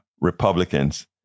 Republicans